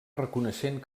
reconeixent